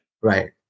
Right